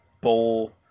bowl